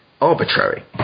arbitrary